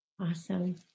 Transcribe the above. Awesome